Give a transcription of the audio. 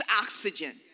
oxygen